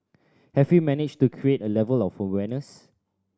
have we managed to create a level of awareness